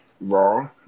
Raw